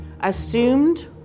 assumed